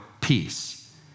peace